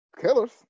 killers